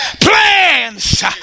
Plans